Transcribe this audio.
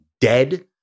dead